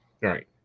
right